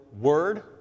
word